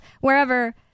wherever